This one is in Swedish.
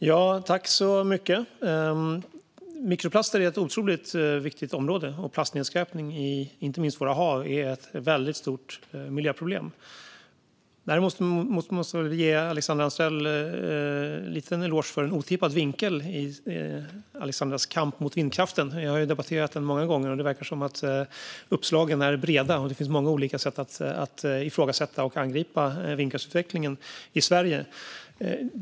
Fru talman! Mikroplaster är ett otroligt viktigt område, och plastnedskräpning, inte minst i våra hav, är ett väldigt stort miljöproblem. Jag måste ge Alexandra Anstrell en liten eloge för en otippad vinkel i hennes kamp mot vindkraften. Vi har ju debatterat den många gånger, och det verkar som att uppslagen är breda och att det finns många olika sätt att ifrågasätta och angripa vindkraftsutvecklingen i Sverige.